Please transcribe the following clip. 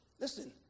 Listen